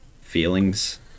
feelings